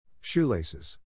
shoelaces